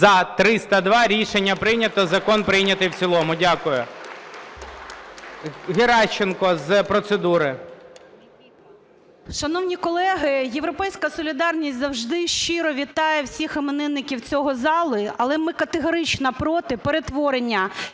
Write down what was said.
За-302 Рішення прийнято. Закон прийнятий в цілому. Дякую. Геращенко з процедури. 11:21:52 ГЕРАЩЕНКО І.В. Шановні колеги! "Європейська солідарність" завжди щиро вітає всіх іменинників цього залу, але ми категорично проти перетворення